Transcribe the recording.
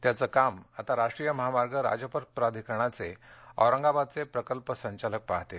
त्याचं काम आता राष्ट्रीय महामार्ग राजपथ प्राधिकरणाचे औरंगाबादचे प्रकल्प संचालक पाहणार आहेत